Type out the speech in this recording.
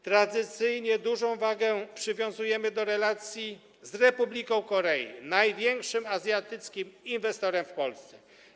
Tradycyjnie dużą wagę przywiązujemy do relacji z Republiką Korei, największym azjatyckim inwestorem w Polsce.